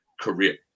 career